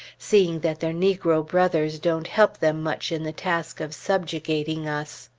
seeing that their negro brothers don't help them much in the task of subjugating us.